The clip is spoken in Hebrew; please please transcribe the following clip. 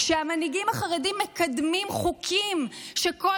כשהמנהיגים החרדים מקדמים חוקים שכל